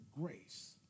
grace